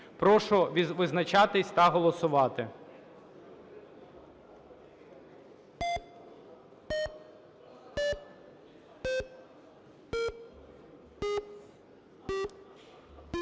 Прошу визначатися та голосувати.